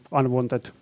unwanted